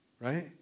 right